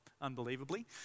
unbelievably